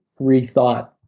rethought